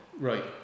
Right